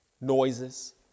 noises